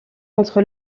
entre